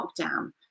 lockdown